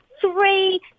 three